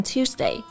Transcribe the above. Tuesday